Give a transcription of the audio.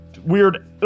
weird